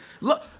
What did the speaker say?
Look